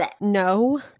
No